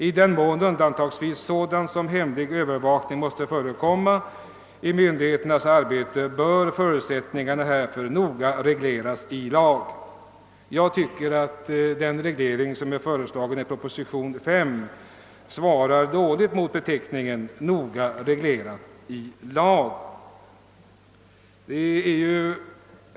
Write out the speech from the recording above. I den mån undantagsvis sådant som hemlig övervakning måste förekomma i myndigheternas arbete bör förutsättningarna härför noga regleras i lag.» Jag tycker att det som föreslagits i proposition nr 5 svarar dåligt mot uttrycket »noga regleras i lag».